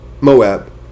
Moab